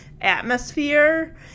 atmosphere